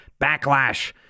backlash